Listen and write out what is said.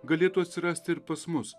galėtų atsirasti ir pas mus